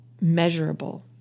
measurable